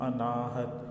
Anahat